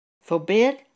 Forbid